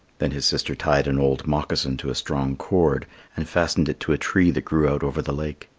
then his sister tied an old moccasin to a strong cord and fastened it to a tree that grew out over the lake.